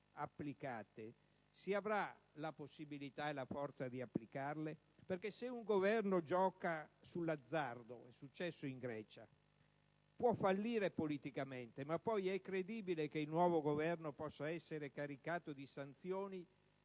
si avrà la possibilità e la forza di imporle?). Se un Governo gioca sull'azzardo - è successo in Grecia - può fallire politicamente, ma poi è credibile che il nuovo Governo possa essere caricato di sanzioni